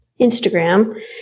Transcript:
Instagram